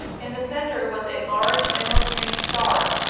in the center was a large emerald-green star,